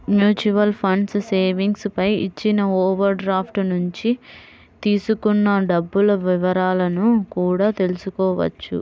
mutual funds savings పై ఇచ్చిన overdraft నుంచి తీసుకున్న డబ్బుల వివరాలను కూడా తెల్సుకోవచ్చు